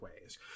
ways